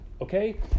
okay